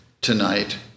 tonight